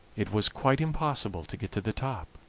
it was quite impossible to get to the top.